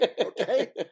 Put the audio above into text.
okay